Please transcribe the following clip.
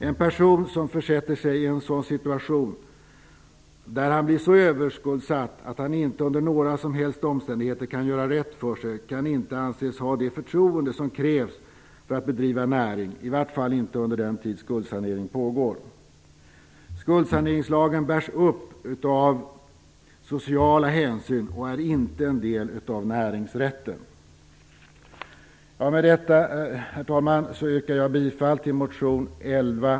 En person som försätter sig i en sådan situation att han blir så överskuldsatt att han inte under några som helst omständigheter kan göra rätt för sig kan inte anses ha det förtroende som krävs för att bedriva näring, i alla fall inte under den tid som skuldsanering pågår. Skuldsaneringslagen bärs upp av sociala hänsyn och är inte en del av näringsrätten. Herr talman!